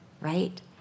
Right